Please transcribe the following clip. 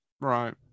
Right